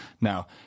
Now